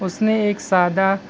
اس نے ایک سادہ